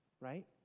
right